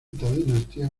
dinastía